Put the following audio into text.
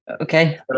Okay